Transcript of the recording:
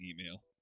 email